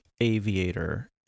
aviator